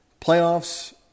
Playoffs